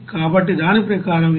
కాబట్టి దాని ప్రకారం ఇది 372